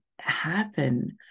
happen